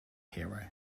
hero